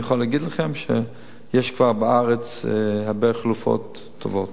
אני יכול להגיד לכם שיש כבר בארץ הרבה חלופות טובות.